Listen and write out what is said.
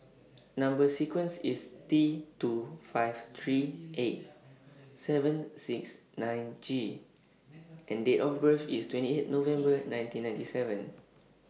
Number sequence IS T two five three eight seven six nine G and Date of birth IS twenty eight November nineteen ninety seven